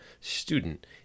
student